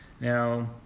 Now